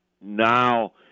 now